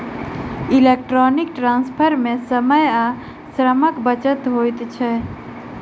electronic transfer मे समय आ श्रमक बचत होइत छै